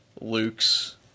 Luke's